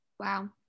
Wow